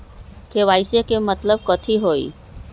KYC के मतलब कथी होई?